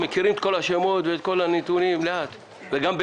המרכזית לכנסת משנת 2018 לשנת 2019 בסך של 6,998,000 שקלים